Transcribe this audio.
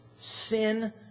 sin